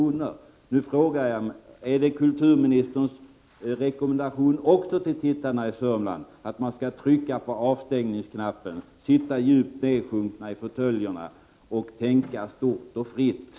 Nu frågar jag: Är det också kulturministerns rekommendation till tittarna i Sörmland att de skall trycka på avstängningsknappen, sitta djupt nedsjunkna i fåtöljerna och tänka stort och fritt?